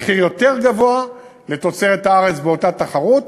מחיר יותר גבוה לתוצרת הארץ באותה תחרות.